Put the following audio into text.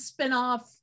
spinoff